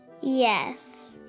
Yes